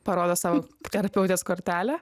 parodo savo terapeutės kortelę